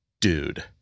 dude